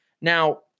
Now